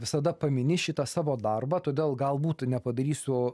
visada pamini šitą savo darbą todėl galbūt nepadarysiu